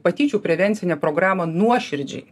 patyčių prevencinę programą nuoširdžiai